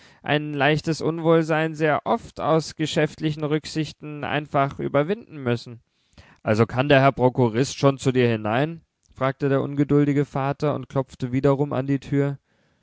ein leichtes unwohlsein sehr oft aus geschäftlichen rücksichten einfach überwinden müssen also kann der herr prokurist schon zu dir hinein fragte der ungeduldige vater und klopfte wiederum an die tür